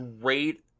great